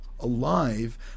Alive